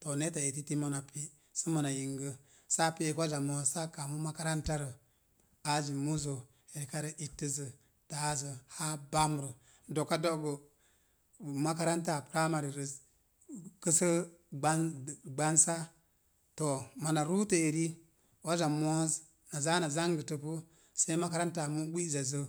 To, neta etiti mona pe’ sə mona yingə, saa pe'ek waza mooz saa kamu makarantarə aji muzə, rekarə ittəzə, taazə, haa bamrə. Do̱ka do̱gə m. makaranrataa puramari rəz kəsə gban gbansa. To, mona ruutə eri waza mooz na zangə təpu sai makarantaa mu gbi'zazzə